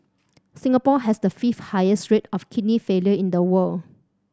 Singapore has the fifth highest rate of kidney failure in the world